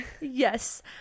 yes